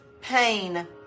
pain